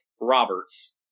Roberts